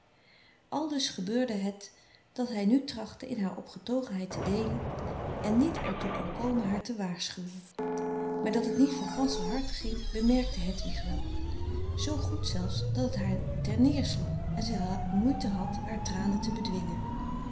aldus gebeurde het dat hij nu trachtte in haar opgetogenheid te deelen en niet er toe kon komen haar te waarschuwen maar dat het niet van ganscher harte ging bemerkte hedwig wel zoo goed zelfs dat het haar ter neersloeg en zij moeite had haar tranen te bedwingen